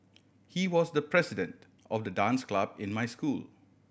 he was the president of the dance club in my school